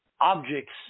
objects